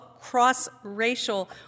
cross-racial